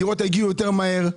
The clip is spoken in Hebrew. הדירות יגיעו יותר מהר,